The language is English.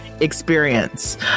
experience